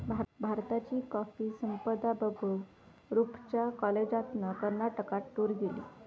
भारताची कॉफी संपदा बघूक रूपच्या कॉलेजातना कर्नाटकात टूर गेली